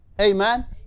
Amen